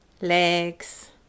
legs